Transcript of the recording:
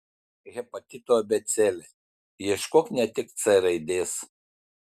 hepatito abėcėlė ieškok ne tik c raidės